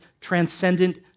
transcendent